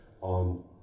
on